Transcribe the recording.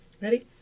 ready